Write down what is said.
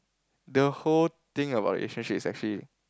the whole thing about relationship is actually